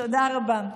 תודה רבה.